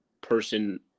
person